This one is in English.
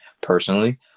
Personally